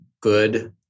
good